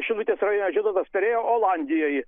šilutės rajone žieduotas perėjo olandijoj